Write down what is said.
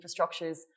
infrastructures